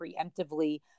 preemptively